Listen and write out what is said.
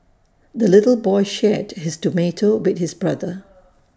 the little boy shared his tomato with his brother